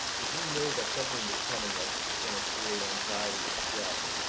if you know that something was coming that's going to create anxiety or stress.